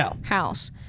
house